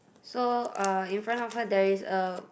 so uh in front of her there is a